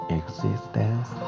existence